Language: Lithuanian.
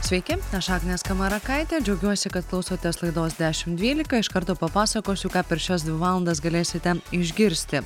sveiki aš agnė skamarakaitė džiaugiuosi kad klausotės laidos dešim dvylika iš karto papasakosiu ką per šias dvi valandas galėsite išgirsti